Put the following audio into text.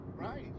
Right